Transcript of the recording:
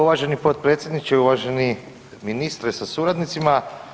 Uvaženi potpredsjedniče i uvaženi ministre sa suradnicima.